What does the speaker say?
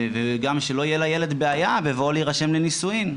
וגם שלא תהיה לילד בעיה בבואו להירשם לנישואין.